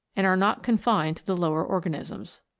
and are not confined to the lower organisms.